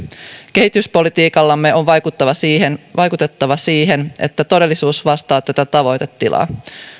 kehityspolitiikallamme on vaikutettava siihen vaikutettava siihen että todellisuus vastaa tätä tavoitetilaa